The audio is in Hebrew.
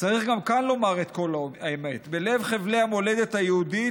צריך גם כאן לומר את כל האמת: בלב חבלי המולדת היהודית